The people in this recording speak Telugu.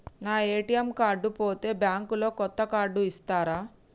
నా ఏ.టి.ఎమ్ కార్డు పోతే బ్యాంక్ లో కొత్త కార్డు ఇస్తరా?